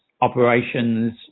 operations